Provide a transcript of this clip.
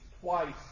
twice